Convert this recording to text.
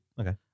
Okay